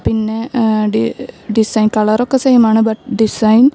പിന്നെ ഡി ഡിസൈൻ കളറൊക്കെ സെയിമാണ് ബട്ട് ഡിസൈൻ